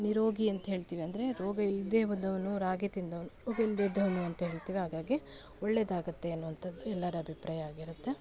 ನಿರೋಗಿ ಅಂತ ಹೇಳ್ತೀವಿ ಅಂದರೆ ರೋಗ ಇಲ್ಲದೆ ಬಂದವನು ರಾಗಿ ತಿಂದವನು ರೋಗ ಇಲ್ಲದೇ ಇದ್ದವನು ಅಂತ ಹೇಳ್ತೀವಿ ಹಾಗಾಗಿ ಒಳ್ಳೆಯದ್ದಾಗತ್ತೆ ಅನ್ನುವಂಥದ್ದು ಎಲ್ಲರ ಅಭಿಪ್ರಾಯ ಆಗಿರುತ್ತೆ